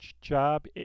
job